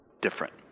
different